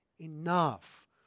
enough